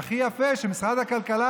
והכי יפה שמשרד הכלכלה,